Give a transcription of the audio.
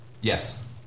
Yes